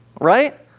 Right